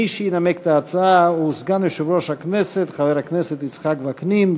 מי שינמק את ההצעה הוא סגן יושב-ראש הכנסת חבר הכנסת יצחק וקנין.